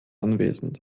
anwesend